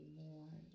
more